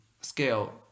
scale